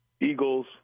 Eagles